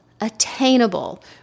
attainable